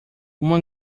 uma